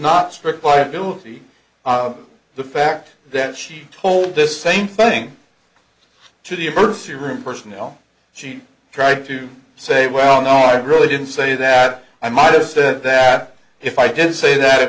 not strict liability the fact that she told this same thing to the emergency room personnel she tried to say well not really didn't say that i might have said that if i didn't say that it